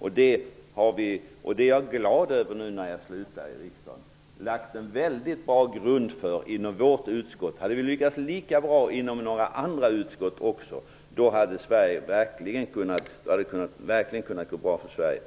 Det arbetet har vi lagt en bra grund för i vårt utskott; när jag nu slutar i riksdagen är jag glad över att vi har gjort detta. Om vi hade lyckats lika bra i några andra utskott hade det verkligen kunnat gå bra för